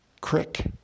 crick